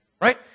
Right